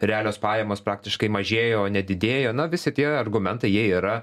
realios pajamos praktiškai mažėjo o ne didėjo na visi tie argumentai jie yra